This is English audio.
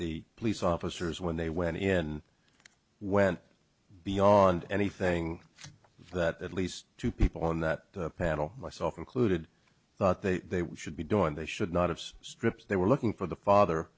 the police officers when they went in went beyond anything that at least two people on that panel myself included thought they should be doing they should not have stripped they were looking for the father